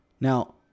Now